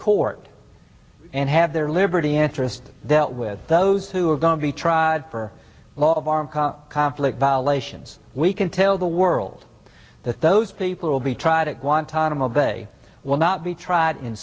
court and have their liberty answers dealt with those who are going to be tried for laws of armed conflict violations we can tell the world that those people will be tried at guantanamo bay will not be tried in